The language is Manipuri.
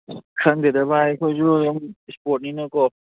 ꯈꯪꯗꯦꯗ ꯚꯥꯏ ꯑꯩꯈꯣꯏꯁꯨ ꯁ꯭ꯄꯣꯔꯠꯅꯤꯅꯀꯣ